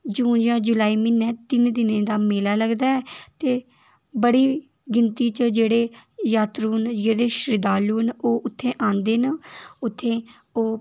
जून जां जुलाई म्हीनै त्रै दिनें दा मेला लगदा ऐ ते बड़ी गिनती च जेह्ड़े जात्तरू न जेह्ड़े शरधालु न ओह् उत्थें आंदे न उत्थें ओह्